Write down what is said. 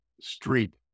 street